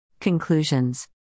Conclusions